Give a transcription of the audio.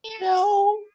No